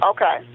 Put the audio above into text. Okay